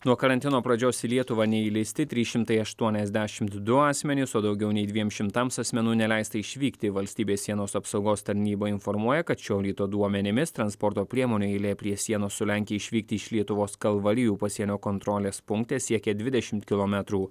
nuo karantino pradžios į lietuvą neįleisti trys šimtai aštuoniasdešimt du asmenys o daugiau nei dviem šimtams asmenų neleista išvykti valstybės sienos apsaugos tarnyba informuoja kad šio ryto duomenimis transporto priemonių eilė prie sienos su lenkija išvykti iš lietuvos kalvarijų pasienio kontrolės punkte siekė dvidešimt kilometrų